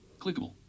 Clickable